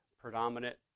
predominant